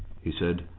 he said,